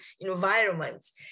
environments